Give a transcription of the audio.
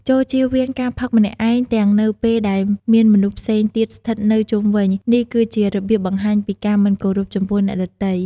ចូលជៀសវាងការផឹកម្នាក់ឯង ទាំងនៅពេលដែលមានមនុស្សផ្សេងទៀតស្ថិតនៅជុំវិញ នេះគឺជារបៀបបង្ហាញពីការមិនគោរពចំពោះអ្នកដទៃ។